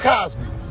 Cosby